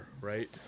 right